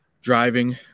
driving